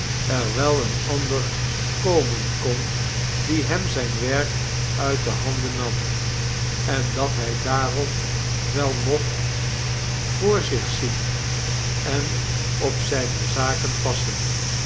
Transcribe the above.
er wel een ander komen kon die hem zijn werk uit de handen nam en dat hij daarom wel mocht voor zich zien en op zijne zaken passen